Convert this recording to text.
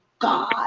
God